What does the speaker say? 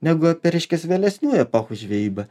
negu apie reiškias vėlesnių epochų žvejybą